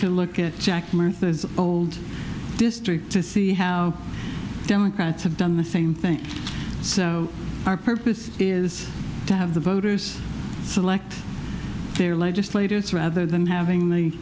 to look at jack murtha's old district to see how democrats have done the same thing so our purpose is to have the voters select their legislators rather than having